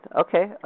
okay